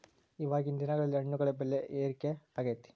ಇವಾಗಿನ್ ದಿನಗಳಲ್ಲಿ ಹಣ್ಣುಗಳ ಬೆಳೆ ಏರಿಕೆ ಆಗೈತೆ